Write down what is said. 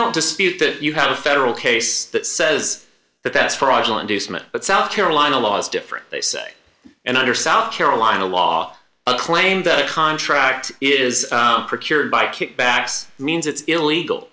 don't dispute that you have a federal case that says that that's fraudulent use mint but south carolina law is different they say and under south carolina law a claim that a contract is procured by kickbacks means it's illegal